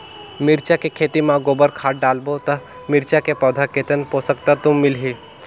मिरचा के खेती मां गोबर खाद डालबो ता मिरचा के पौधा कितन पोषक तत्व मिलही?